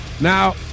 Now